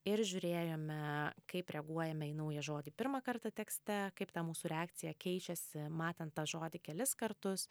ir žiūrėjome kaip reaguojame į naują žodį pirmą kartą tekste kaip ta mūsų reakcija keičiasi matant tą žodį kelis kartus